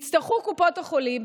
יצטרכו קופות החולים,